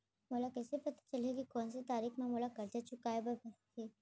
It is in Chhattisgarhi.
मोला कइसे पता चलही के कोन से तारीक म मोला करजा चुकोय बर हे?